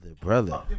brother